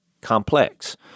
complex